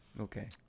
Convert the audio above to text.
Okay